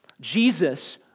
Jesus